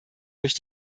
durch